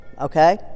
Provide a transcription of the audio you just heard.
okay